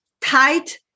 tight